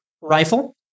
rifle